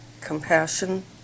compassion